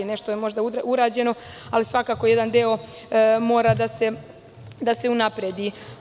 Nešto je možda urađeno, ali svakako, jedan deo mora da se unapredi.